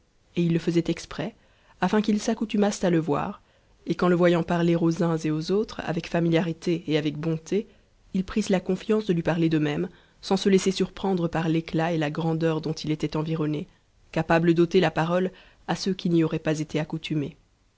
et if le faisait exprès afin qu'ils s'accoutumassent à le voir et qu'en le voyant parler aux uns et aux autres avec familiarité et avec bonté ils prissent la confiance de lui parler de même sans se laisser surprendre par l'éciat et la grandeur dont il était environné capables d'ôter la parole à ceux qui n'y auraient pas été accoutumés